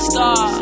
Star